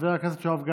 חבר הכנסת יואב גלנט,